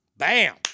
Bam